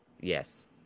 Yes